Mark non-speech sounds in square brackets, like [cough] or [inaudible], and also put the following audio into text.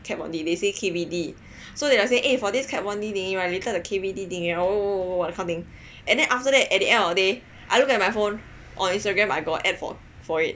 Kat Von D they say K_V_D so they were saying for Kat Von D eh the K_V_D thingy [noise] kind of thing and then after that at the end of the day I look at my Instagram I got an ad for it